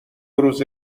روز